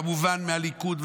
כמובן מהליכוד,